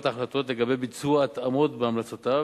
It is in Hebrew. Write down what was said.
ההחלטות לגבי ביצוע התאמות בהמלצותיו,